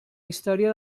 història